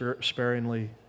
sparingly